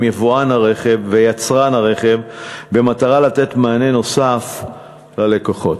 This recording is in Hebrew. יבואן הרכב ויצרן הרכב במטרה לתת מענה נוסף ללקוחות.